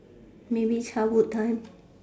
maybe childhood time